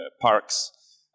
parks